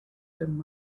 turn